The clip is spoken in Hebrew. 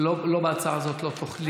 בהצעה הזאת לא תוכלי.